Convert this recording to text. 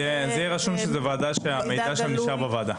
יהיה רשום שזו ועדה שהמידע שלה נשאר בוועדה.